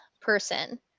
person